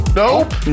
nope